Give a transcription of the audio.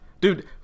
Dude